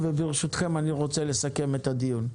ברשותכם, אני רוצה לסכם את הדיון.